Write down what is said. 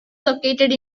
located